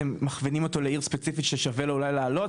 אתם מכווינים אותו לעיר ספציפית ששווה לו אולי לעלות?